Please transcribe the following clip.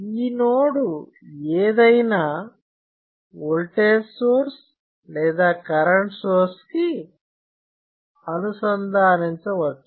ఈ నోడు ఏదైనా ఓల్టేజ్ సోర్స్ లేదా కరెంట్ సోర్స్ కి అనుసంధానించవచ్చు